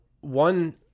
one